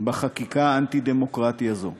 לחקיקה האנטי-דמוקרטית הזאת,